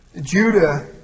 Judah